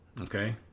okay